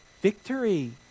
victory